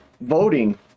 voting